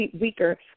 weaker